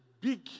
big